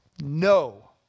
No